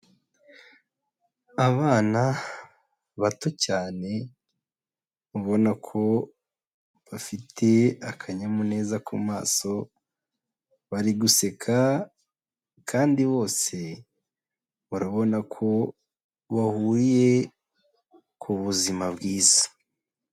Abana bato cyane ubona ko bafite akanyamuneza ku maso, bari guseka kandi bose urabona ko bahuriye ku buzima bwiza.